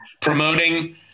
promoting